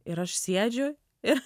ir aš sėdžiu ir